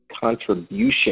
contribution